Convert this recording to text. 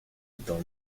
dans